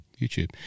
YouTube